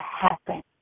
happen